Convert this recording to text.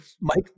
Mike